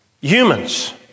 Humans